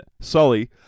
Sully